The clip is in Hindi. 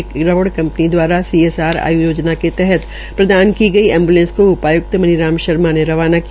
एक रबड़ कंपनी द्वारा सीएसअर योजना के तहत प्रदान की गई एंबुलेंस को उपायुक्त मनी राम शर्मा ने रवाना किया